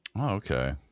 Okay